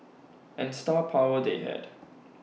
and star power they had